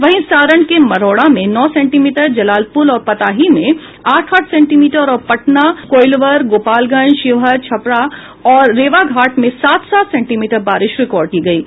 वहीं सारण के मढ़ौरा में नौ सेंटीमीटर जलालपुर और पताही में आठ आठ सेंटीमीटर तथा पटना कोईलवर गोपालगंज शिवहर छपरा और रेवाघाट में सात सात सेंटीमीटर बारिश रिकॉर्ड की गयी है